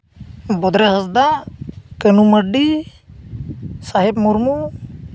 ᱵᱚᱫᱽᱨᱟᱭ ᱦᱟᱸᱥᱫᱟ ᱠᱟᱹᱱᱩ ᱢᱟᱨᱰᱤ ᱥᱟᱦᱮᱵ ᱢᱩᱨᱢᱩ